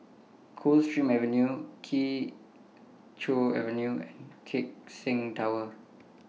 Coldstream Avenue Kee Choe Avenue and Keck Seng Tower